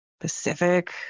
Pacific